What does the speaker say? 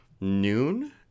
noon